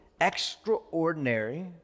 Extraordinary